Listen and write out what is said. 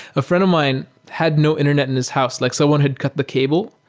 a friend of mine had no internet in his house, like someone had cut the cable.